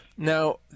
Now